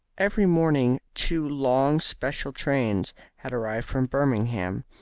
every morning two long special trains had arrived from birmingham,